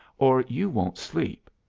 or you won't sleep.